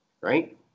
right